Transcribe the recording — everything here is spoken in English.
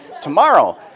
tomorrow